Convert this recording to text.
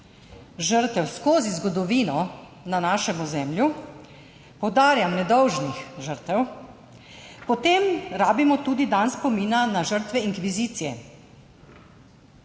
žrtev skozi zgodovino na našem ozemlju, poudarjam, nedolžnih žrtev, potem rabimo tudi dan spomina na žrtve inkvizicije,